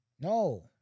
No